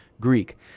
Greek